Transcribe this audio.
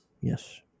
Yes